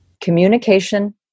communication